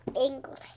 English